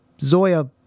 Zoya